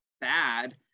bad